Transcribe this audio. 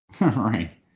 Right